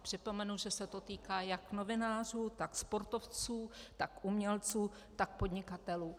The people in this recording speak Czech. Připomenu, že se to týká jak novinářů, tak sportovců, tak umělců, tak podnikatelů.